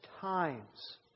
times